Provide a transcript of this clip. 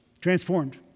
Transformed